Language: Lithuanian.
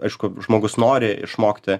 aišku žmogus nori išmokti